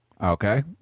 Okay